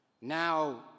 Now